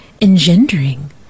engendering